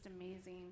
amazing